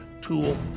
tool